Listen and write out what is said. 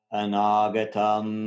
anagatam